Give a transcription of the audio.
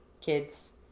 kids